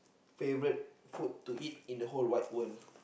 favourite food to eat in the whole wide world